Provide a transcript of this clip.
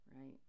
Right